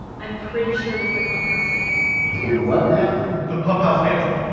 i'm pretty sure was the pump house phantom. the what now? the pump house phantom,